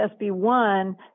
SB1